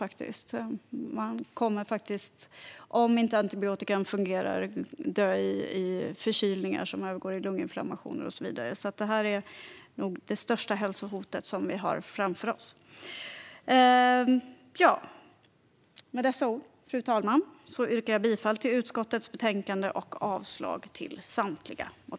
Om inte antibiotikan fungerar kommer man att dö i förkylningar som övergår i lunginflammationer och så vidare. Det är nog det största hälsohot som vi har framför oss. Med dessa ord, fru talman, yrkar jag bifall till förslaget i utskottets betänkande och avslag på samtliga motioner.